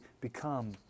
become